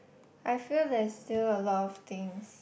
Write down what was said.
I feel there's still a lot of things